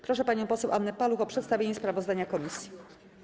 Proszę panią poseł Annę Paluch o przedstawienie sprawozdania komisji.